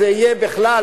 זה יהיה בכלל,